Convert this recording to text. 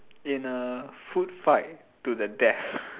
in a food fight to the death